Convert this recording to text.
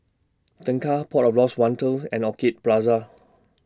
Tengah Port of Lost Wonder and Orchid Plaza